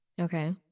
Okay